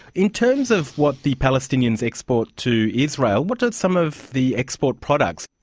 in terms of what the palestinians export to israel, what are some of the export products,